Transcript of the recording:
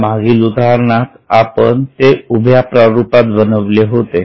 यामागील उदाहरणात आपण ते उभ्या प्रारूपात बनविले होते